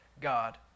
God